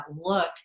look